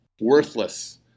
worthless